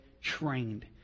trained